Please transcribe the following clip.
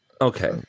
Okay